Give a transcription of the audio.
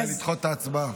אולי לדחות את ההצבעה.